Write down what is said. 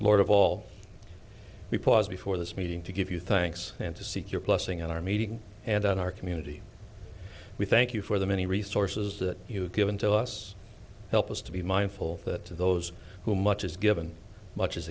lord of all we pause before this meeting to give you thanks and to seek your blessing at our meeting and on our community we thank you for the many resources that you have given to us help us to be mindful that to those whom much is given much is